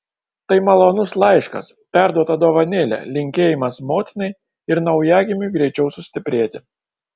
tai malonus laiškas perduota dovanėlė linkėjimas motinai ir naujagimiui greičiau sustiprėti